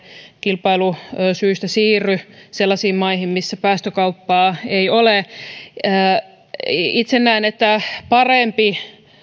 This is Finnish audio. kilpailusyistä siirry sellaisiin maihin missä päästökauppaa ei ole itse näen että parempi